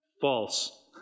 False